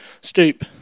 stoop